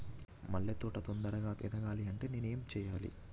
మల్లె తోట తొందరగా ఎదగాలి అంటే నేను ఏం చేయాలి?